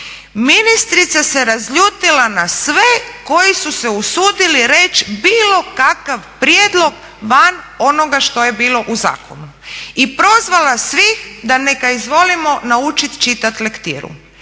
ministrica se razljutila na sve koji su se usudili reći bilo kakav prijedlog van onoga što je bilo u zakonu i prozvala svih da neka izvolimo naučiti čitat lektiru.